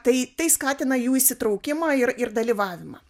tai tai skatina jų įsitraukimą ir ir dalyvavimą